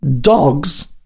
dogs